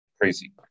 crazy